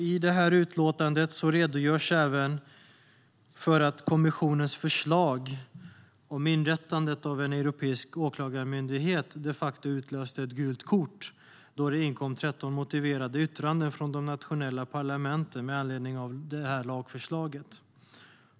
I utlåtandet redogörs även för att kommissionens förslag om inrättandet av en europeisk åklagarmyndighet de facto utlöste ett gult kort då det inkom 13 motiverade yttranden från de nationella parlamenten med anledning av lagförslaget.